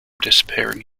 disappearing